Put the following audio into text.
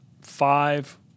five